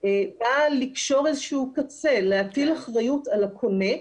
באה לקשור איזה שהוא קצה, להטיל אחריות על הקונה.